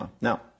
Now